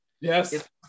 Yes